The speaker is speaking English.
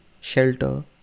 Shelter